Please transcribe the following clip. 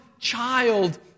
Child